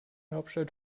hauptstadt